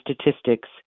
statistics